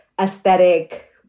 aesthetic